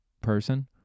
person